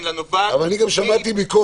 אלא נובעת --- אבל אני גם שמעתי ביקורת